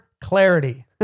Clarity